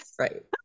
Right